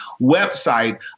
website